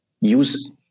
use